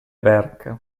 berck